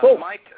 Mike